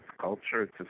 culture